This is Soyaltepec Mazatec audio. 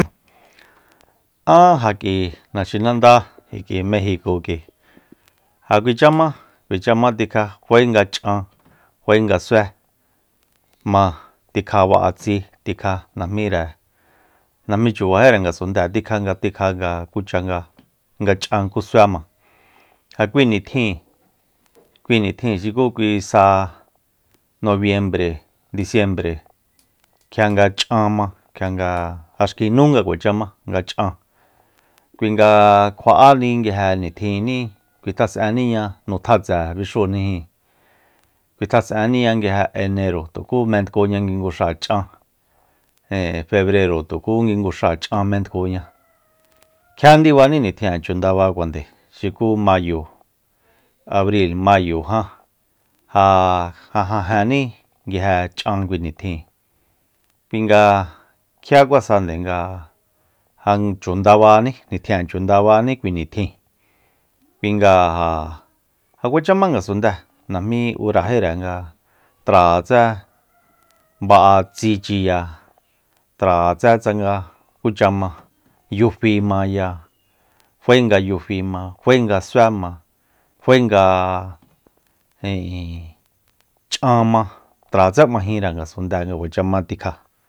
A ja k'ui naxinanda kik'ui mexico k'ui ja kuacha ma kuacha ma tikja fae nga ch'an fae nga sué ma tikja ba'a tsi tikja najmire najmí chubajíre ngasundée tikja nga tikja nga kucha nga- nga ch'an ku sué ma ja kui nitjin kui nitjin xuku kui sa nobiembre disiembre kjia nga ch'an ma kjia nga ja xki nú nga kuacha ma nga ch'an kui nga kjua'áni nguije nitjinní kuitjas'eniña nu tjatse bixúujni kuitjas'enniña nguije enero tuku mentkuña kinguxáach'an febrero tukú kinguxáa ch'an mentkuña kjia ndibaní nitjin'e chu ndabakuajande xuku mayo abril mayojá ja jajenní ch'an kui nitjin kui nga kjia kuasande nga ja chu ndabání kui nitjin kui nga ja kuacha ma ngasundée najmí urajíre nga tratse ba'a tsichiya tratse tsanga kucha ma yufimaya fae nga yufima fae nga suéma fae nga ijin ch'anma tratse b'ajinre ngasundée nga kuacha ma tikja